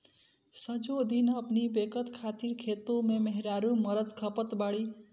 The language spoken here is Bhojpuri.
सजो दिन अपनी बेकत खातिर खेते में मेहरारू मरत खपत बाड़ी